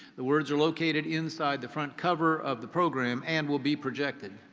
the words are located inside the front cover of the program and will be projected.